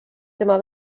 tema